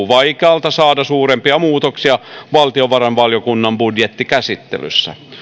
vaikealta saada suurempia muutoksia valtiovarainvaliokunnan budjettikäsittelyssä